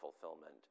fulfillment